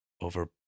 over